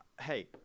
Hey